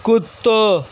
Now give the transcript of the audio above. کتّا